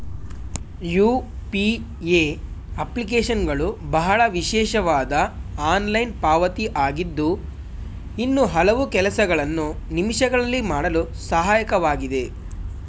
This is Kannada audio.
ಯು.ಪಿ.ಎ ಅಪ್ಲಿಕೇಶನ್ಗಳು ಬಹಳ ವಿಶೇಷವಾದ ಆನ್ಲೈನ್ ಪಾವತಿ ಆಗಿದ್ದು ಇನ್ನೂ ಹಲವು ಕೆಲಸಗಳನ್ನು ನಿಮಿಷಗಳಲ್ಲಿ ಮಾಡಲು ಸಹಾಯಕವಾಗಿದೆ